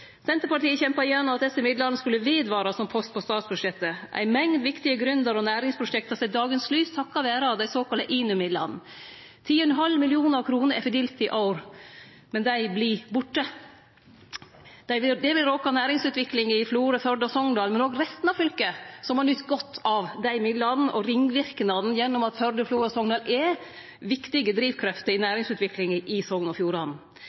Senterpartiet kjempa igjennom at desse midlane skulle vare ved som post på statsbudsjettet. Ei mengd viktige gründer- og næringsprosjekt har sett dagens lys takk vere dei såkalla INU-midlane. 10,5 mill. kr er fordelte i år – men desse vert borte. Det vil råke næringsutviklinga i Florø, Førde og Sogndal, men òg resten av fylket, som har nytt godt av dei midlane, og det vil råke ringverknadene gjennom at Førde, Florø og Sogndal er viktige drivkrefter i næringsutviklinga i Sogn og Fjordane.